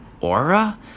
aura